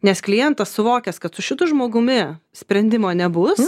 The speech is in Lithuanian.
nes klientas suvokęs kad su šitu žmogumi sprendimo nebus